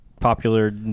popular